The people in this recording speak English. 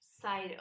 side